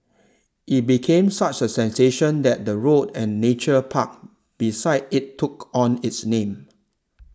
it became such a sensation that the road and nature park beside it took on its name